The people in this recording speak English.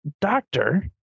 doctor